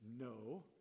No